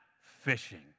fishing